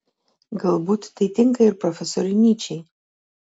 galbūt tai tinka ir profesoriui nyčei